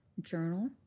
journal